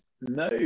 no